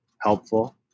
helpful